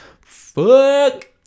Fuck